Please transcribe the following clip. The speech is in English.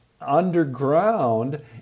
underground